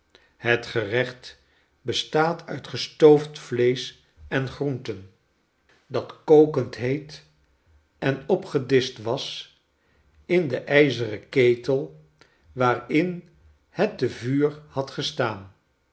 het gerecht bestaat uit gestoofd vleesch en groenten dat kokend heet en opgedischt was in den ijzeren ketel waarin het te vuur had gestaan